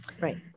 Right